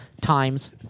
times